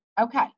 okay